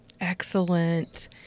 Excellent